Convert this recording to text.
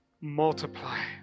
Multiply